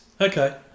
Okay